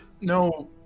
No